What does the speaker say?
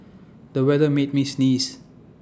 the weather made me sneeze